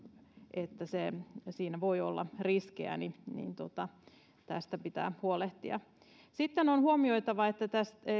että siinä voi olla riskejä tästä pitää huolehtia sitten on huomioitava että